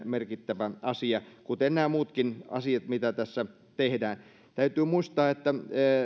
merkittävä asia kuten nämä muutkin asiat mitä tässä tehdään täytyy muistaa että